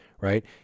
right